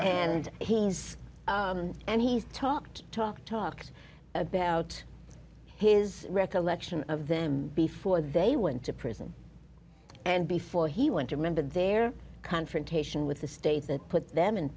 and he is and he talked talked talked about his recollection of them before they went to prison and before he went to remember their confrontation with the states that put them in